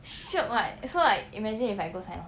shiok [what] so like imagine if I go sign on